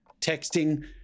texting